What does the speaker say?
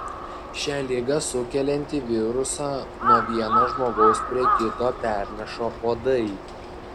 šią ligą sukeliantį virusą nuo vieno žmogaus prie kito perneša uodai